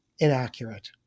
inaccurate